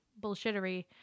Bullshittery